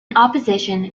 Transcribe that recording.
opposition